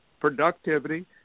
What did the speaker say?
productivity